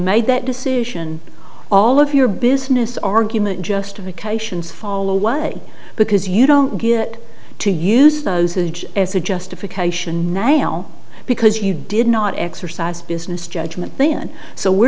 made that decision all of your business argument justification fall away because you don't get to use those age as a justification nail because you did not exercise business judgment then so we're